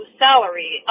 salary